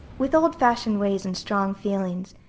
with old-fashioned ways and strong feelings,